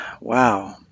wow